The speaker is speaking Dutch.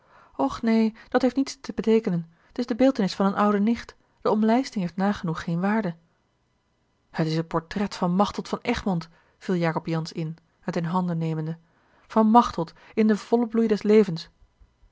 och neen dat heeft niets te beteekenen t is de beeltenis van eene oude nicht de omlijsting heeft nagenoeg geene waarde het is het portret van machteld van egmond viel jacob jansz in het in handen nemende van machteld in den vollen bloei des levens